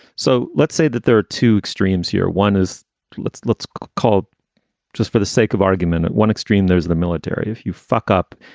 so let's say that there are two extremes here. one is let's let's call just for the sake of argument and one extreme, there's the military if you fuck up.